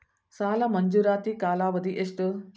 ಸಾಲ ಮಂಜೂರಾತಿ ಕಾಲಾವಧಿ ಎಷ್ಟು?